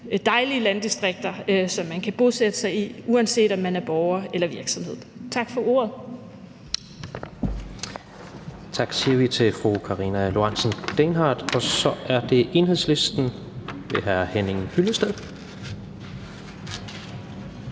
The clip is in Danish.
dejlige landdistrikter, som man kan bosætte sig i, uanset om man er borger eller virksomhed. Tak for ordet. Kl. 16:22 Tredje næstformand (Jens Rohde): Tak siger vi til Karina Lorentzen Dehnhardt. Så er det Enhedslisten ved hr. Henning Hyllested.